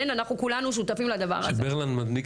כן אנחנו כולנו שותפים לדבר הזה --- כשברלנד מדליק,